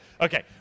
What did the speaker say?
Okay